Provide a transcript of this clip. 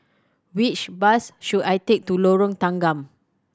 which bus should I take to Lorong Tanggam